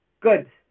Good